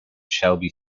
shelby